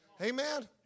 Amen